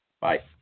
Bye